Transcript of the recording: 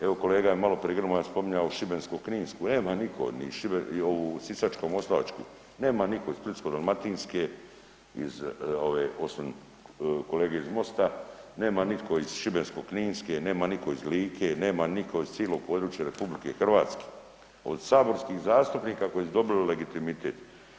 Evo kolega je maloprije Grmoja spominjao Šibensko-kninsku, nema niko od njih, ovu Sisačko-moslavačku, nema niko iz Splitsko-dalmatinske, iz ove osim kolege iz MOST-a, nema nitko iz Šibensko-kninske, nema niko iz Like, nema niko iz cilog područja RH od saborskih zastupnika koji su dobili legitimitet.